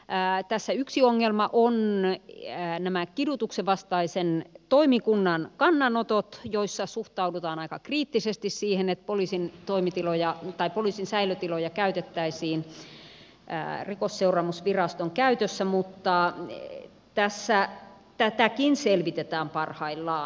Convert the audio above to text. tässä yksi ongelma on nämä kidutuksen vastaisen toimikunnan kannanotot joissa suhtaudutaan aika kriittisesti siihen että poliisin säilötiloja käytettäisiin rikosseuraamusviraston käytössä mutta tätäkin selvitetään parhaillaan